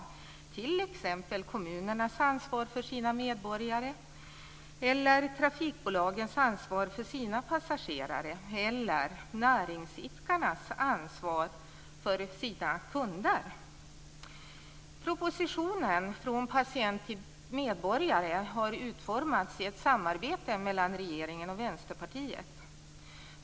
Det gäller t.ex. kommunernas ansvar för sina medborgare, trafikbolagens ansvar för sina passagerare eller näringsidkarnas ansvar för sina kunder. Propositionen Från patient till medborgare har utformats i ett samarbete mellan regeringen och Vänsterpartiet.